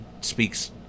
speaks